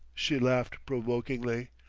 she laughed provokingly.